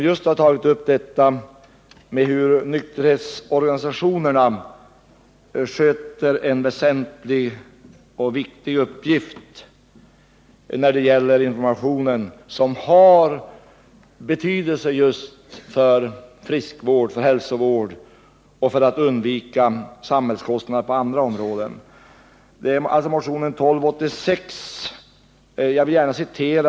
Den handlar om att nykterhetsorganisationerna har en väsentlig uppgift när det gäller informationen, vilken har betydelse just för friskoch hälsovården och för att undvika samhällskostnader på andra områden. Det gäller motionen 1286.